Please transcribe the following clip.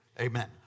amen